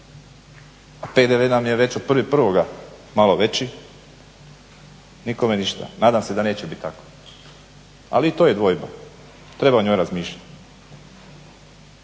nam je već od 1.1. malo veći nikome ništa. Nadam se da neće biti tako. Ali i to je dvojba treba o njoj razmišljati.